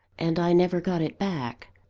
and i never got it back.